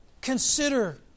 Consider